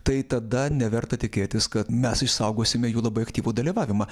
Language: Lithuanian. tai tada neverta tikėtis kad mes išsaugosime jų labai aktyvų dalyvavimą